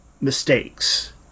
mistakes